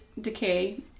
decay